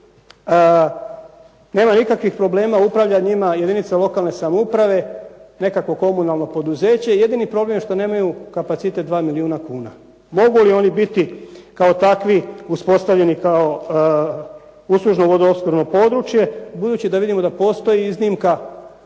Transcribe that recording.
nema nikakvih problema. Njima upravlja jedinica lokalne samouprave, nekakvo komunalno poduzeće jedini problem je što nemaju kapacitet 2 milijuna kuna. Mogu li oni biti kao takvi uspostavljeni kao uslužno vodoopskrbno područje. Budući da vidimo da postoji iznimka